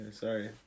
sorry